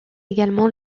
également